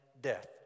death